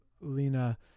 lena